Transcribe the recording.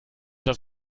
das